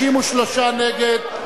53 נגד,